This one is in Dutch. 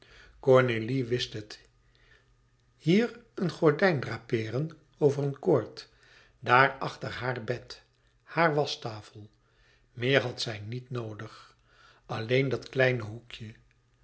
cornélie wist het hier een gordijn drapeeren over een koord daarachter haar bed haar waschtafel meer had zij niet noodig alleen dat kleine hoekje